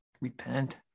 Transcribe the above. Repent